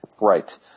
Right